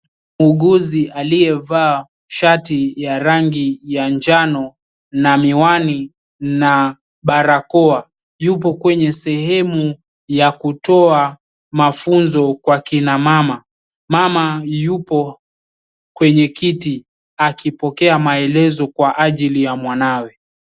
Muuguzi aliyevaa shati ya rangi ya njano na miwani na barakoa yupo kwenye sehemu ya kutoa mafunzo kwa akina mama. Mama yupo kwenye kiti akipokea maelezo kwa ajili ya mwanawe.